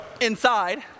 inside